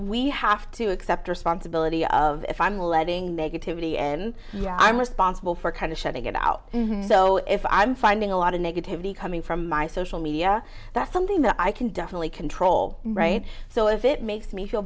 we have to accept responsibility of if i'm letting negativity and i'm responsible for kind of shutting it out so if i'm finding a lot of negativity coming from my social media that's something that i can definitely control right so if it makes me feel